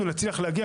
אנחנו נצליח להגיע,